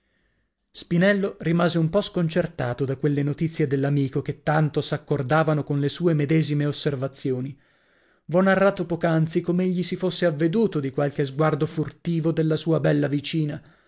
spinello rimase un po sconcertato da quelle notizie dell'amico che tanto s'accordavano con le sue medesime osservazioni v'ho narrato poc'anzi com'egli si fosse avveduto di qualche sguardo furtivo della sua bella vicina